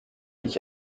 ich